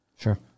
Sure